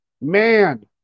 Man